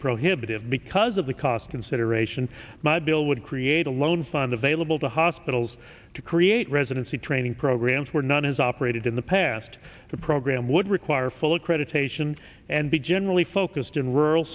prohibitive because of the cost consideration bill would create a loan fund available to hospitals to create residency training programs where none has operated in the past the program would require full accreditation and be generally focused in rural